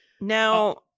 Now